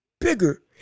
bigger